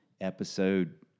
episode